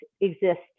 exist